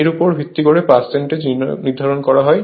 এর উপর ভিত্তি করে পার্সেন্টজ নির্ধারন করা হয়